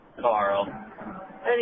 Carl